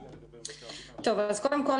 אז קודם כל,